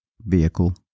vehicle